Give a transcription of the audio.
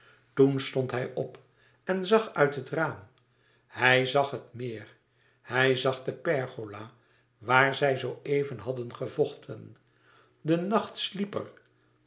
toen stond hij op en zag uit het raam hij zag het meer hij zag de pergola waar zij zoo even hadden gevochten de nacht sliep